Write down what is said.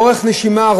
אורך נשימה.